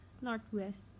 northwest